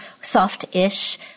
soft-ish